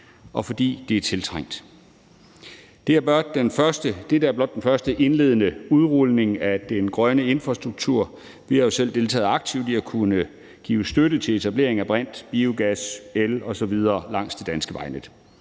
og fordi det er tiltrængt. Dette er blot den første indledende udrulning af den grønne infrastruktur. Vi har jo selv deltaget aktivt i at kunne give støtte til etablering af brint, biogas, el osv. langs det danske vejnet.